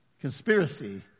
conspiracy